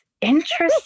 interesting